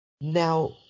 Now